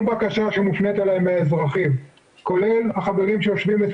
לא אלאה אתכם בכל הדו שיח והוויכוחים שנערכו שם,